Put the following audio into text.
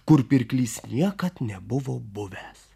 kur pirklys niekad nebuvo buvęs